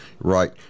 Right